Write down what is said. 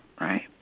Right